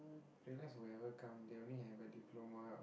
realize whoever come they only have a diploma